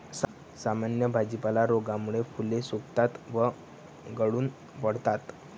सामान्य भाजीपाला रोगामुळे फुले सुकतात व गळून पडतात